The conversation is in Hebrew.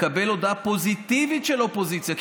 לקבל הודעה פוזיטיבית של אופוזיציה.